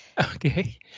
Okay